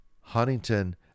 Huntington